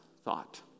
thought